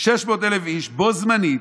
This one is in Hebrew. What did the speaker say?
600,000 איש בו זמנית,